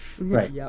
Right